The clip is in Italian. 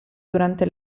durante